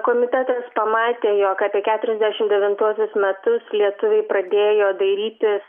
komitetas pamatė jog apie keturiasdešim devintuosius metus lietuviai pradėjo dairytis